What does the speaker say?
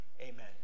Amen